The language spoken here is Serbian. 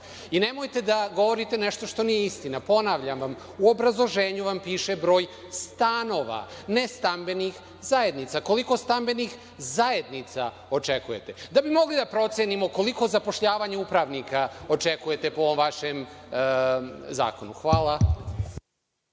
i nemojte da govorite nešto što nije istina. Ponavljam vam, u obrazloženju vam piše broj stanova, ne stambenih zajednica. Koliko stambenih zajednica očekujte, da bi mogli da procenimo koliko zapošljavanja upravnika očekujete po ovom vašem zakonu? Hvala.